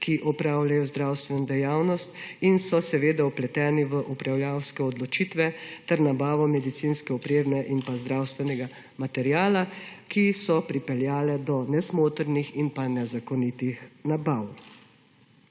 ki opravljajo zdravstveno dejavnost in so vpleteni v upravljavske odločitve ter nabavo medicinske opreme in zdravstvenega materiala, ki so pripeljale do nesmotrnih in nezakonitih nabav.